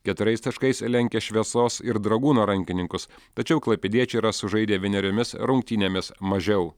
keturiais taškais lenkia šviesos ir dragūno rankininkus tačiau klaipėdiečiai yra sužaidę vieneriomis rungtynėmis mažiau